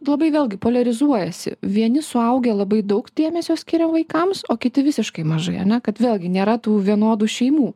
labai vėlgi poliarizuojasi vieni suaugę labai daug dėmesio skiria vaikams o kiti visiškai mažai ane kad vėlgi nėra tų vienodų šeimų